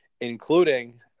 Including